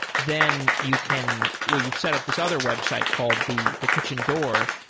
then you can well, you've set up this other website called the the kitchen door,